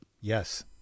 yes